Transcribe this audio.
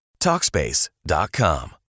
TalkSpace.com